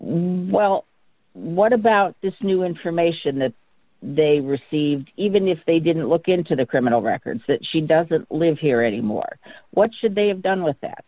while what about this new information that they received even if they didn't look into the criminal records that she doesn't live here anymore what should they have done with that